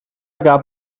gab